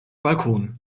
balkon